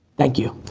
thank you.